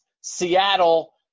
Seattle